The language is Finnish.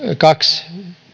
kaksi